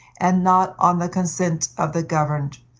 and not on the consent of the governed,